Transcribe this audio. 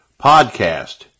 podcast